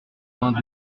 vingt